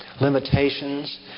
limitations